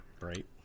Right